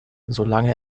solange